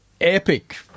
epic